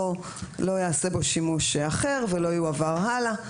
לא ייעשה בו שימוש אחר ולא יועבר הלאה.